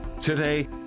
Today